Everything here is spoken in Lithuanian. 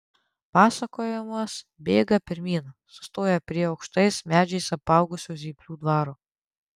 pasakojimas bėga pirmyn sustoja prie aukštais medžiais apaugusio zyplių dvaro